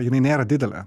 jinai nėra didelė